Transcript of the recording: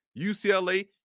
UCLA